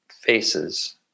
Faces